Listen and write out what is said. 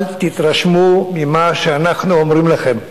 אל תתרשמו ממה שאנחנו אומרים לכם,